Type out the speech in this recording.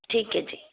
ਠੀਕ ਹੈ ਜੀ